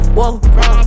whoa